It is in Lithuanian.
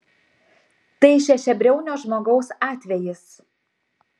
tai šešiabriaunio žmogaus atvejis